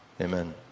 amen